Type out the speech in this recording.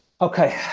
okay